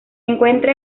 encuentra